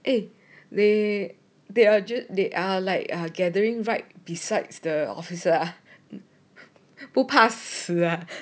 eh they they are just they are like a gathering right besides the officer ah 不怕死啊